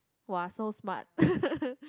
!wah! so smart